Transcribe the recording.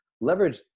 leverage